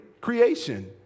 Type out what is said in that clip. creation